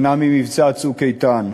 שנה ממבצע "צוק איתן",